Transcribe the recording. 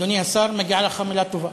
אדוני השר, מגיעה לך מילה טובה.